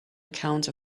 account